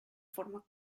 forma